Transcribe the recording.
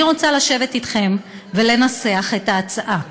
אני רוצה לשבת אתכם ולנסח את ההצעה.